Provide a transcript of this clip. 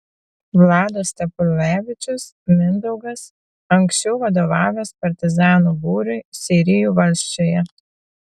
vladas stepulevičius mindaugas anksčiau vadovavęs partizanų būriui seirijų valsčiuje